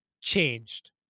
changed